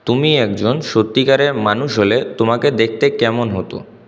তুমি একজন সত্যিকারের মানুষ হলে তোমাকে দেখতে কেমন হত